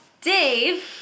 Dave